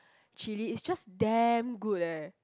chilli is just damn good eh